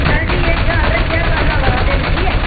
चल ठीक ऐ ख्याल रक्खेआं कल आवा दा फिर में ठीक ऐ